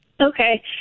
okay